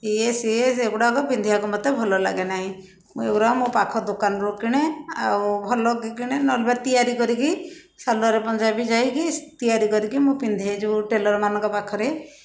ଇଏ ସିଏ ସେଗୁଡ଼ାକ ପିନ୍ଧିବାକୁ ମତେ ଭଲଲାଗେ ନାହିଁ ମୁଁ ଏଗୁଡ଼ାକ ମୋ ପାଖ ଦୋକାନରୁ କିଣେ ଆଉ ଭଲକି କିଣେ ନଲେ ବା ତିଆରି କରିକି ସାଲ୍ୱାର୍ ପଞ୍ଜାବି ଯାଇକି ତିଆରି କରିକି ମୁଁ ପିନ୍ଧେ ଯେଉଁ ଟେଲରମାନଙ୍କ ପାଖରେ